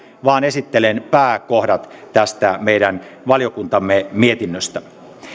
vaan esittelen pääkohdat tästä meidän valiokuntamme mietinnöstä